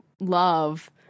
love